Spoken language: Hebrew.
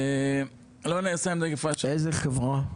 איזו חברה?